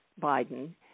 Biden